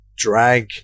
Drag